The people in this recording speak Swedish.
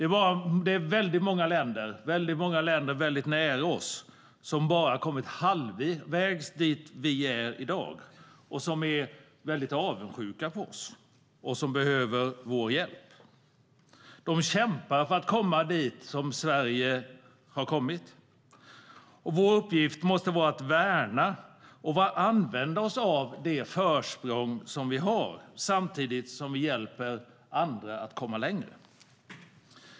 Många är de länder väldigt nära oss som bara kommit halvvägs jämfört med där vi är i dag och som är avundsjuka på oss och som behöver vår hjälp. De kämpar för att komma dit där vi i Sverige har kommit. Vår uppgift måste vara att värna om och använda oss av det försprång som vi har samtidigt som vi hjälper andra att komma längre.